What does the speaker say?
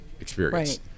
experience